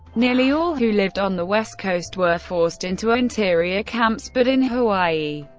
nearly all who lived on the west coast, were forced into interior camps, but in hawaii,